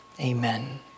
Amen